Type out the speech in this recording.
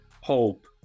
HOPE